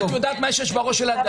את יודעת מה יש בראש של הדיין?